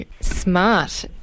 smart